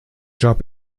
job